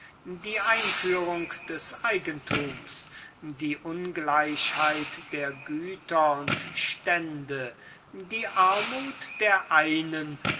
die einführung des eigentums die ungleichheit der güter und stände die armut der einen